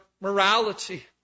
morality